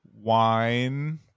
wine